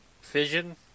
Fission